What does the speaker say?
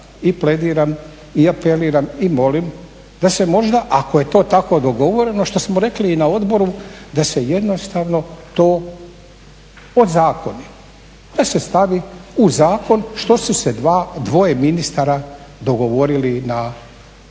i plediram i apeliram i molim da se možda ako je to tako dogovoreno, što smo rekli i na odboru da se jednostavno to ozakoni, da se stavi u zakon što su se dvoje ministara dogovorili vezano